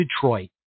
Detroit